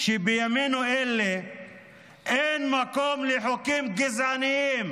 שבימינו אלה אין מקום לחוקים גזעניים,